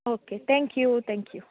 okay thank you thank you